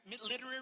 literary